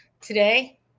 today